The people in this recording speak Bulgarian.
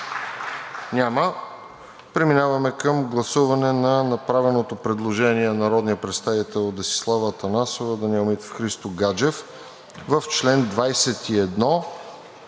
Няма. Преминаваме към гласуване на направеното предложение на народните представители Десислава Атанасова, Даниел Митов, Христо Гаджев в чл. 21,